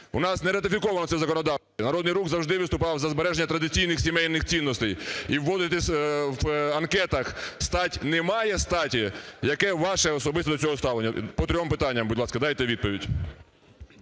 у нас не ратифіковано це в законодавстві. "Народний Рух" завжди виступав за збереження традиційних сімейних цінностей і вводити в анкетах стать "немає статі"… Яке ваше особисто до цього ставлення? По трьом питання, будь ласка, дайте відповідь.